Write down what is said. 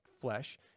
flesh